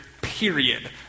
period